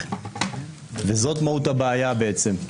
וזאת מהות הבעיה בעצם,